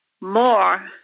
more